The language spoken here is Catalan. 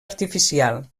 artificial